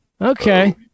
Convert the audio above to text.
Okay